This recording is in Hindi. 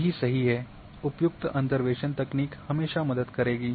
ये ही सही है उपयुक्त अंतर्वेशन तकनीक हमेशा मदद करेगी